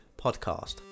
Podcast